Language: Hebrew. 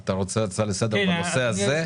אתה רוצה הצעה לסדר בנושא הזה?